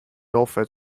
offered